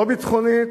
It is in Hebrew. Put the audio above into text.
לא ביטחונית,